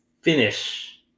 finish